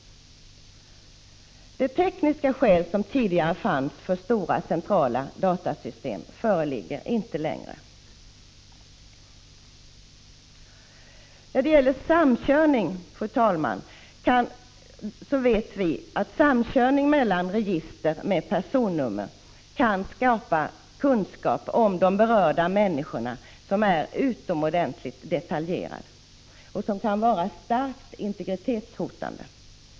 De tekniska skäl som tidigare fanns för stora centrala datasystem föreligger inte längre. Fru talman! Vi vet att samkörning av register med personuppgifter kan skapa kunskap om de berörda människorna som är utomordentligt detaljerad och som kan vara starkt integritetshotande.